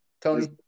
Tony